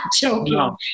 joking